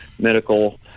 medical